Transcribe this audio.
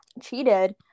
cheated